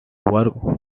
worked